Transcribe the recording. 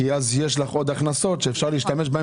כי אז יש לך עוד הכנסות שאפשר להשתמש בהם